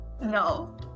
No